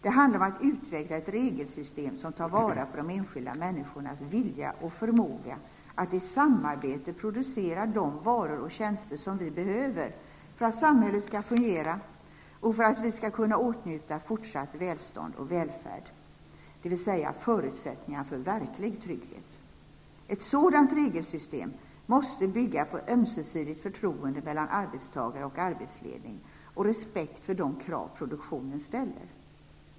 Det handlar om att utveckla ett regelsystem som tar vara på de enskilda människornas vilja och förmåga att i samarbete producera de varor och tjänster som vi behöver för att samhället skall fungera och för att vi skall kunna åtnjuta fortsatt välstånd och välfärd, dvs. förutsättningarna för verklig trygghet. Ett sådant regelsystem måste bygga på ömsesidigt förtroende mellan arbetstagare och arbetsledning och respekt för de krav produktionen ställer.